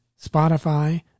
Spotify